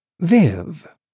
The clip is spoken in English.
Viv